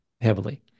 heavily